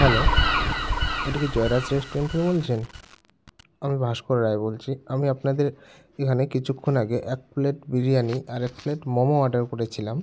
hello এটা কি Jayraj restaurant থেকে বলছেন আমি ভাস্কর রায় বলছি আমি আপনাদের এখানে কিছুক্ষণ আগে এক প্লেট বিরিয়ানি আর এক প্লেট মোমো অর্ডার করেছিলাম